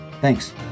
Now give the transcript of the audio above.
thanks